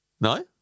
No